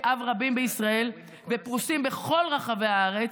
אב רבים בישראל ופרוסים בכל רחבי הארץ,